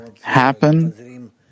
happen